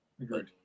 Agreed